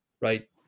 right